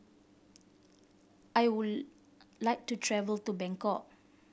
I would like to travel to Bangkok